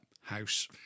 house